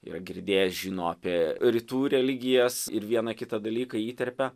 yra girdėjęs žino apie rytų religijas ir vieną kitą dalyką įterpia